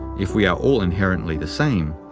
if we are all inherently the same,